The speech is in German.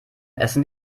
essen